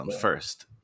First